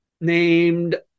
named